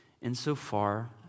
insofar